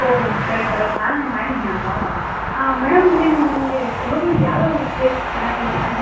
ಓ correct ಅವತ್ತು ನಾನೆ ಮಾಡಿದ್ದೆನಲ್ವಾ ಹಾಂ ಮೇಡಮ್ ನಿಮಗೆ ಕೊಡುಗಲ್ಲಿ ಯಾವ ಯಾವ ಪ್ಲೇಸ್ ಚೆನ್ನಾಗಿ ಇದೆ ಮೇಡಮ್